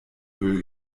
müll